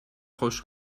خوش